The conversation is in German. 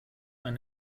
ein